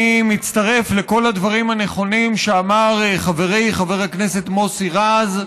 אני מצטרף לכל הדברים הנכונים שאמר חברי חבר הכנסת מוסי רז,